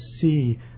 see